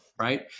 right